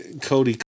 Cody